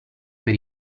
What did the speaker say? per